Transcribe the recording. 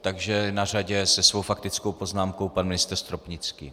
Takže je na řadě se svou faktickou poznámkou pan ministr Stropnický.